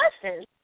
questions